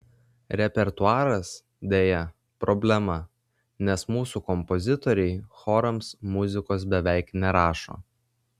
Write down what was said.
repertuaras deja problema nes mūsų kompozitoriai chorams muzikos beveik nerašo